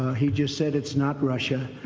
he just said it's not russia.